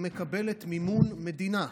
היא מקבלת מימון מדינה.